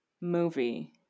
movie